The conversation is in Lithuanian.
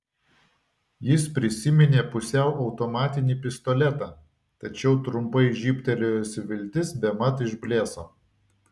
jis prisiminė pusiau automatinį pistoletą tačiau trumpai žybtelėjusi viltis bemat išblėso